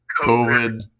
COVID